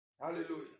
Hallelujah